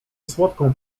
słodką